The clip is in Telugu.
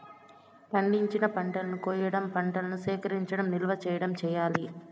పండించిన పంటలను కొయ్యడం, పంటను సేకరించడం, నిల్వ చేయడం చెయ్యాలి